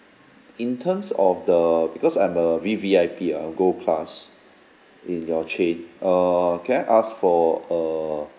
in terms of the because I'm a V_V_I_P ah gold class in your chain err can I ask for a